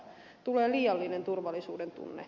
tulee liiallinen turvallisuudentunne